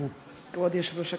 כבוד היושב-ראש,